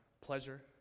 pleasure